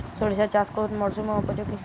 সরিষা চাষ কোন মরশুমে উপযোগী?